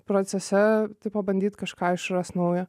procese pabandyt kažką išrast naujo